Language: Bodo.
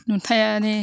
नुथायारि